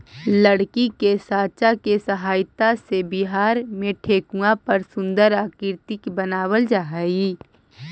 लकड़ी के साँचा के सहायता से बिहार में ठेकुआ पर सुन्दर आकृति बनावल जा हइ